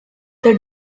the